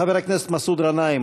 חבר הכנסת מסעוד גנאים,